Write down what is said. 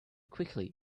quickly